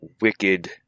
wicked